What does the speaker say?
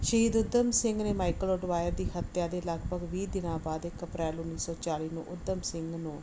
ਸਹੀਦ ਊਧਮ ਸਿੰਘ ਨੇ Michael O'Dwyer ਦੀ ਹੱਤਿਆ ਦੇ ਲਗਭਗ ਵੀਹ ਦਿਨਾਂ ਬਾਅਦ ਇਕ ਅਪ੍ਰੈਲ ਉੱਨੀ ਸੌ ਚਾਲ੍ਹੀ ਨੂੰ ਊਧਮ ਸਿੰਘ ਨੂੰ